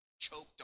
choked